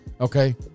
Okay